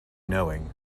knowing